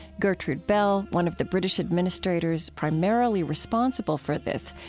gertrude bell, one of the british administrators primarily responsible for this,